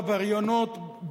עברייניות,